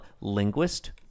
linguist